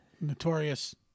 Notorious